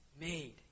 made